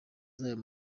zayo